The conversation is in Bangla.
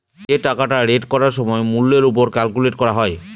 যে টাকাটা রেট করার সময় মূল্যের ওপর ক্যালকুলেট করা হয়